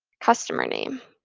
customer name.